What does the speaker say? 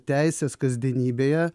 teisės kasdienybėje